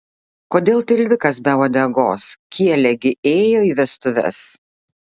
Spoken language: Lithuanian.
kodėl tilvikas be uodegos kielė gi ėjo į vestuves